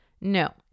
No